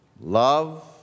Love